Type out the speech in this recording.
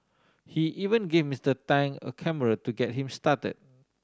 he even gave Mister Tang a camera to get him started